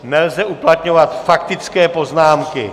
Nelze uplatňovat faktické poznámky.